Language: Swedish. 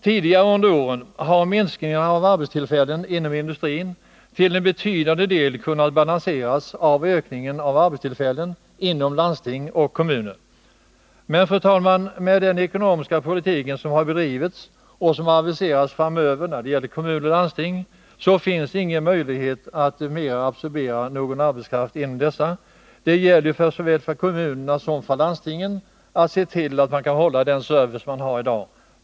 Tidigare under åren har minskningarna av arbetstillfällen inom industrin till en betydande del kunnat balanseras av ökningen av arbetstillfällen inom landsting och kommuner. Men, fru talman, med den ekonomiska politik som har bedrivits och som nu aviseras framöver när det gäller kommuner och landsting, finns det inte någon möjlighet att där absorbera mer arbetskraft. Det gäller såväl för kommunerna som för landstingen att se till att hålla den nuvarande servicen.